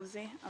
עוזי,